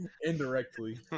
Indirectly